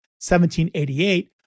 1788